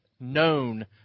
known